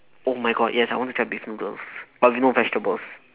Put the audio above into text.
oh my god yes I want to try beef noodles but with no vegetables